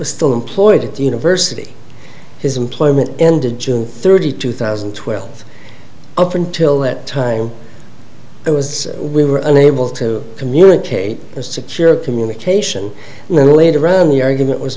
still employed at the university his employment ended june thirtieth two thousand and twelve up until that time it was we were unable to communicate a secure communication and then later run the argument was